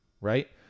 right